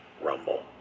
rumble